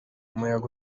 umuyaga